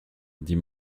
dit